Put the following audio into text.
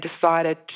decided